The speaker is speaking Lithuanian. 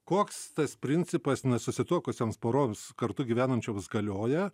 koks tas principas nesusituokusioms poroms kartu gyvenančioms galioja